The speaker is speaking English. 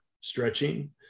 stretching